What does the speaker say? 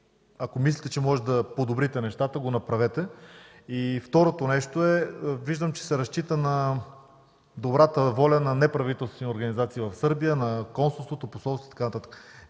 ако мислите, че можете да подобрите нещата, го направете? Второто нещо е – виждам, че се разчита на добрата воля на неправителствени организации в Сърбия, на консулството, на посолството и така нататък.